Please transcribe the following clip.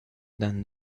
then